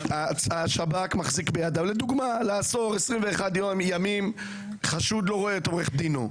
השב"כ מחזיק בידיו למשל לעצור 21 ימים וחשוד לא רואה את עורך דינו.